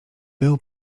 był